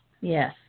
Yes